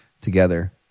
together